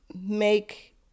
make